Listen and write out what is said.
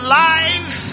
life